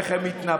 איך הן מתנפצות?